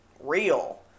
real